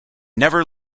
never